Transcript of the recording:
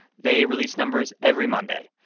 they release numbers every monday.